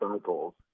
cycles